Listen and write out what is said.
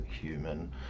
human